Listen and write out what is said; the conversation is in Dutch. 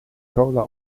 cola